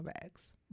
bags